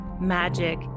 magic